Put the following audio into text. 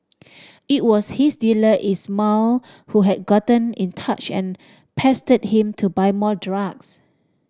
it was his dealer Ismail who had gotten in touch and pestered him to buy more drugs